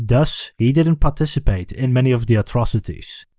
thus he didn't participate in many of the atrocities.